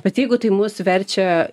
bet jeigu tai mus verčia